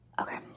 Okay